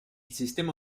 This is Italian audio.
sistema